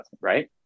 Right